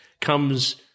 comes